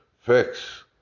fix